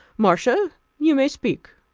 marcia, you may speak.